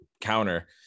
counter